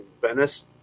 Venice